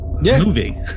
Movie